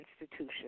institution